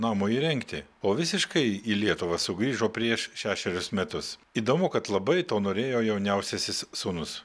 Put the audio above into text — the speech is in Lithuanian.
namui įrengti o visiškai į lietuvą sugrįžo prieš šešerius metus įdomu kad labai to norėjo jauniausiasis sūnus